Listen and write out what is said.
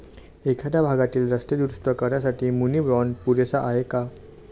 एखाद्या भागातील रस्ते दुरुस्त करण्यासाठी मुनी बाँड पुरेसा आहे का?